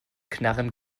knarren